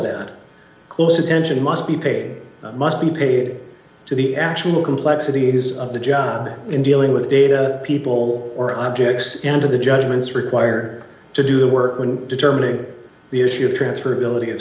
that close attention must be paid must be paid to the actual complexities of the job in dealing with data people or objects into the judgments require to do the work when determining the issue of transfer building of